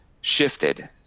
shifted